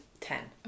Ten